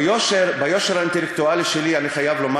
ביושר האינטלקטואלי שלי אני חייב לומר